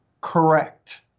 correct